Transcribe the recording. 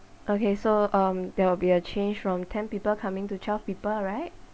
okay so um there will be a change from ten people coming to twelve people right